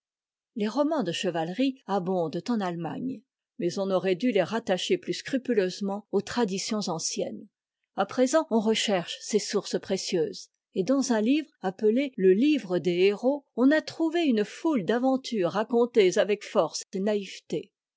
les romans de chevalerie abondent en allemagne mais on aurait dû les rattacher plus scrupuleusement aux traditions anciennes à présent on recherche ces sources précieuses et dans un livre appelé le livre des héros on a trouvé une foule d'aventures racontées avec force et naïveté